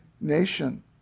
nation